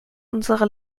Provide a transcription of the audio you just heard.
unsere